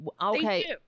Okay